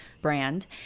brand